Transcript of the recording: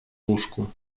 łóżku